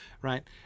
Right